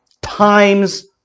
times